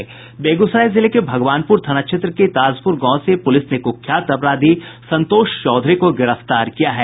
बेगूसराय जिले के भगवानपुर थाना क्षेत्र के ताजपुर गांव से पुलिस ने कुख्यात अपराधी संतोष चौधरी को गिरफ्तार किया है